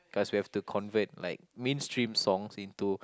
cause we have to convert like mainstream songs into